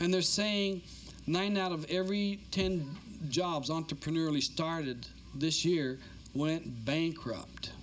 and they're saying nine out of every ten jobs entrepreneur really started this year went bankrupt